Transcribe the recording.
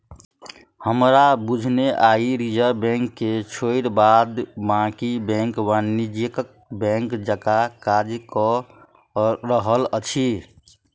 हमरा बुझने आइ रिजर्व बैंक के छोइड़ बाद बाँकी बैंक वाणिज्यिक बैंक जकाँ काज कअ रहल अछि